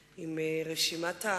מייצגת,